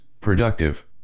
productive